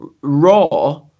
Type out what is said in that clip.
raw